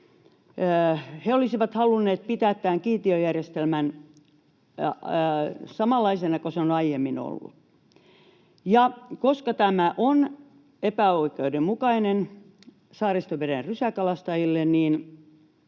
He olisivat halunneet pitää tämän kiintiöjärjestelmän samanlaisena kuin se on aiemmin ollut. Ja koska tämä on epäoikeudenmukainen Saaristomeren rysäkalastajille, niin